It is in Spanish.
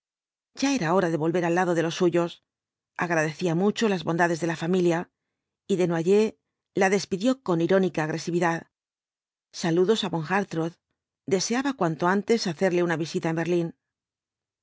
ya era hora de volver al lado de los suyos agradecía mucho las bondadtes de la familia y desnoyers la despidió con irónica agresividad saludos á von hartrott deseaba cuanto antes hacerle una visita en berlín